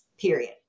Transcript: period